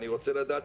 אני רוצה לדעת,